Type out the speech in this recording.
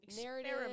narrative